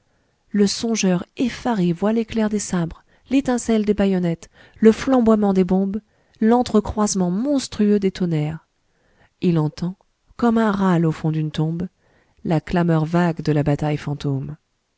le songeur effaré voit l'éclair des sabres l'étincelle des bayonnettes le flamboiement des bombes lentre croisement monstrueux des tonnerres il entend comme un râle au fond d'une tombe la clameur vague de la bataille fantôme